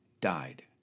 died